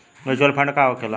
Mutual fund का होखेला?